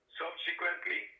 subsequently